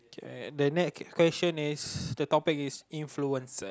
and the next question is the topic is influencer